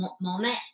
moment